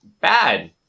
bad